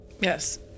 Yes